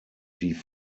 die